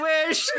Wish